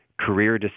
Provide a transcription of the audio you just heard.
career